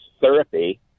therapy